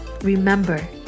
remember